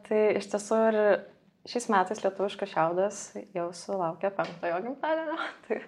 tai iš tiesų ir šiais metais lietuviškas šiaudas jau sulaukė penktojo gimtadienio tai